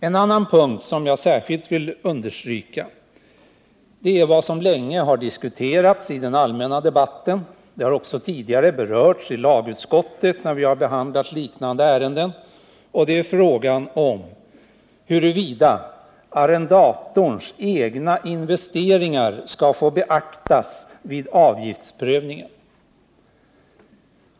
En annan punkt som jag särskilt vill understryka gäller något som länge har diskuterats i den allmänna debatten och även tidigare berörts i lagutskottet, när vi behandlat liknande ärenden. Det är frågan om huruvida arrendators egna investeringar skall få beaktas vid avgiftsprövningen.